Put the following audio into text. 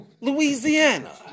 Louisiana